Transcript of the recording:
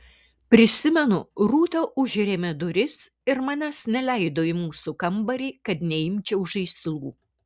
prisimenu rūta užrėmė duris ir manęs neleido į mūsų kambarį kad neimčiau žaislų